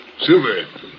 Silver